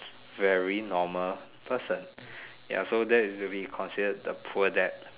very normal person ya so that to be considered the poor dad